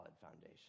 foundation